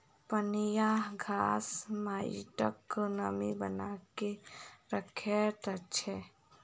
पनियाह घास माइटक नमी बना के रखैत अछि